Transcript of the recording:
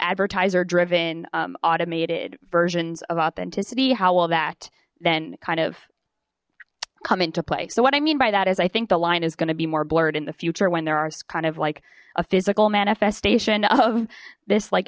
advertiser driven automated versions of authenticity how will that then kind of come into play so what i mean by that is i think the line is going to be more blurred in the future when there are kind of like a physical manifestation of this like